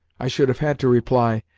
i should have had to reply,